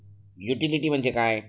Utility म्हणजे काय?